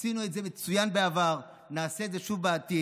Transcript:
עשינו את זה מצוין בעבר ונעשה את זה שוב בעתיד.